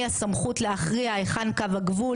לובסטר נחשב מתנה, ואפשר גם להכניס לובסטר לבתי